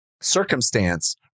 circumstance